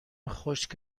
خشک